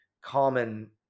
common